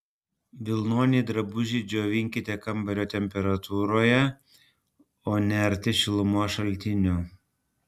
vilnonį drabužį džiovinkite kambario temperatūroje o ne arti šilumos šaltinio